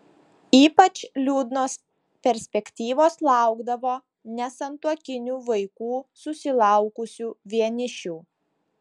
ypač liūdnos perspektyvos laukdavo nesantuokinių vaikų susilaukusių vienišių